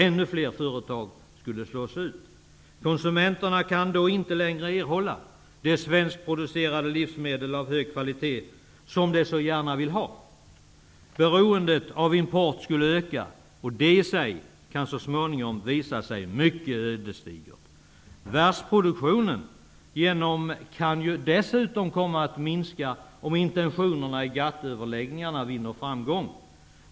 Ännu fler företag skulle slås ut. Konsumenterna kan då inte längre erhålla de svenskproducerade livsmedel av hög kvalitet som de så gärna vill ha. Beroendet av import skulle öka, vilket så småningom skulle kunna visa sig vara mycket ödesdigert. Världsproduktionen kan dessutom komma att minska om intentionerna i GATT överläggningarna vinner framgång.